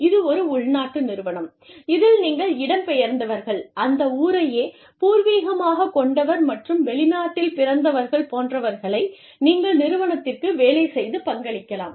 இது ஒரு உள்நாட்டு நிறுவனம் இதில் நீங்கள் இடம் பெயர்ந்தவர்கள் அந்த ஊரையே பூர்விகமாக கொண்டவர் மற்றும் வெளிநாட்டில் பிறந்தவர்கள் போன்றவர்களை நீங்கள் நிறுவனத்திற்கு வேலை செய்து பங்களிக்கலாம்